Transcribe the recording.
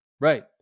Right